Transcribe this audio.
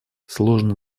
сложно